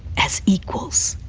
as equals.